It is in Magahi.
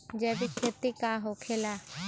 जैविक खेती का होखे ला?